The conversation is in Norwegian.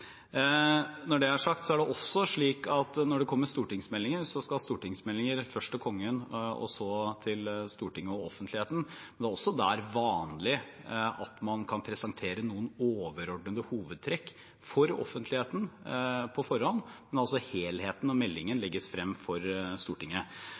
Når det er sagt, er det også slik at når det kommer stortingsmeldinger, skal de først til Kongen og så til Stortinget og offentligheten. Det er også der vanlig at man kan presentere noen overordnede hovedtrekk for offentligheten på forhånd, men helheten og meldingen